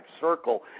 circle